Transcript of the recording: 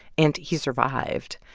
and he survived.